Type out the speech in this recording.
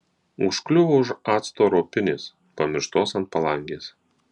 užkliuvo už acto ropinės pamirštos ant palangės